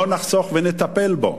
לא נחסוך ונטפל בו.